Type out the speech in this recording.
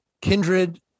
kindred